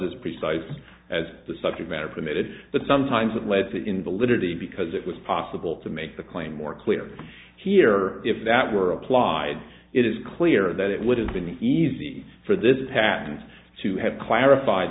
as precise as the subject matter permitted that sometimes that led to in the literally because it was possible to make the claim more clear here if that were applied it is clear that it would have been easy for this happens to have clarified